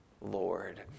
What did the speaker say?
Lord